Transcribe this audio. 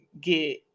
get